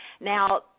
Now